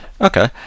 okay